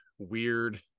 weird